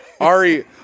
Ari